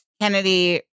kennedy